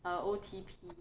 uh O_T_P